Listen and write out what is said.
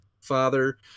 Father